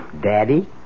Daddy